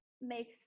makes